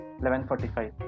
11.45